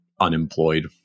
unemployed